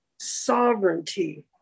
sovereignty